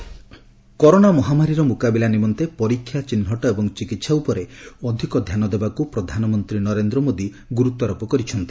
PM review corona ମହାମାରୀର ମୁକାବିଲା ନିମନ୍ତେ ପରୀକ୍ଷା ଚିହ୍ନଟ ଏବଂ ଚିକିତ୍ସା ଉପରେ ଅଧିକ ଧ୍ୟାନ ଦେବାକୁ ପ୍ରଧାନମନ୍ତ୍ରୀ ନରେନ୍ଦ୍ର ମୋଦି ଗୁର୍ତ୍ୱାରୋପ କରିଛନ୍ତି